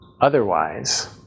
Otherwise